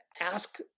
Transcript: ask